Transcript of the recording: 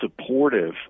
supportive